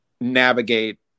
navigate